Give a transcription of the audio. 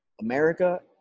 America